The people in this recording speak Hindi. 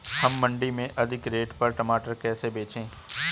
हम मंडी में अधिक रेट पर टमाटर कैसे बेचें?